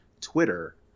twitter